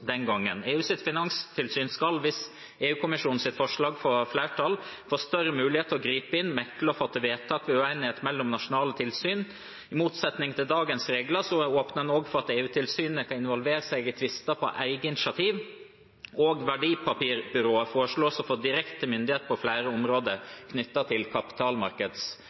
den gangen. EUs finanstilsyn skal, hvis EU-kommisjonens forslag får flertall, få større mulighet til å gripe inn, mekle og fatte vedtak ved uenighet mellom nasjonale tilsyn. I motsetning til dagens regler åpner en også for at EUs finanstilsyn kan involvere seg i tvister på eget initiativ, og verdipapirtilsynet foreslås å få direkte myndighet på flere områder knyttet til